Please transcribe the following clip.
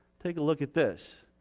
take a look at this.